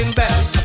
best